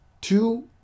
two